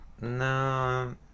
No